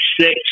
six